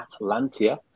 Atlantia